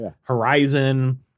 Horizon